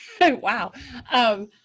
wow